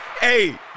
Hey